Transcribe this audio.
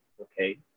okay